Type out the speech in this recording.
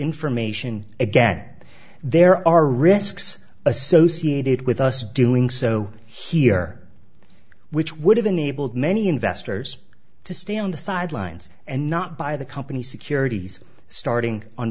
information again there are risks associated with us doing so here which would have enabled many investors to stay on the sidelines and not buy the company securities starting on